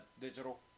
digital